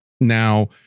Now